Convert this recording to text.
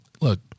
look